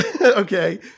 Okay